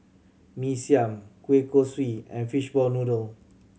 Mee Siam kueh kosui and fishball noodle